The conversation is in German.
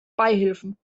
beihilfen